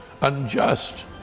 unjust